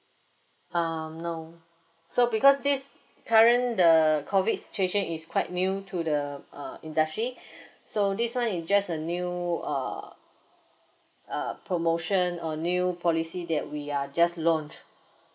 um no so because this current the COVID situation is quite new to the uh industry so this one is just a new uh uh promotion or new policy that we are just launched